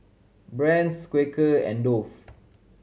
Brand's Quaker and Dove